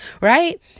right